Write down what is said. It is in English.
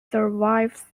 survives